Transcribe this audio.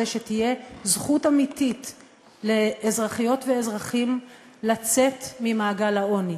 שתהיה זכות אמיתית לאזרחיות ואזרחים לצאת ממעגל העוני.